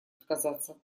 отказаться